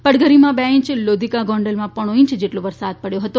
પડધરીમાં બે ઇંચ લોધીકા ગોંડલમાં પોણો ઇંચ જેટલો વરસાદ પડથો હતો